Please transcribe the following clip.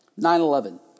9-11